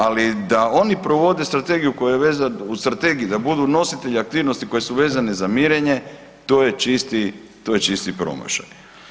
Ali da oni provode strategiju koja je vezana u strategiji da budu nositelji aktivnosti koje su vezane za mirenje to je čisti promašaj.